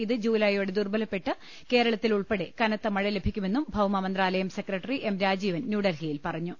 ഇത് ജൂലൈയോടെ ദുർബലപ്പെട്ട് കേരളത്തിൽ ഉൾപ്പെടെ കനത്ത മഴ ലഭിക്കുമെന്നും ഭൌമമന്ത്രാലയം സെക്രട്ടറി എം രാജീവൻ ന്യൂഡൽഹിയിൽ പറഞ്ഞു